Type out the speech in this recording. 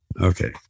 okay